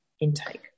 intake